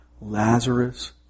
Lazarus